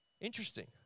Interesting